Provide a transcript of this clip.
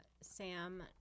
Sam